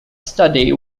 study